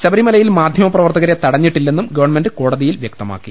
ശബരിമലയിൽ മാധൃമപ്രവർത്തകരെ തടഞ്ഞി ട്ടില്ലെന്നും ഗവൺമെന്റ് കോടതിയിൽ വൃക്തമാക്കി